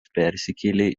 persikėlė